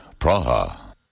Praha